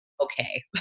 okay